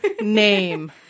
name